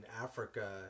Africa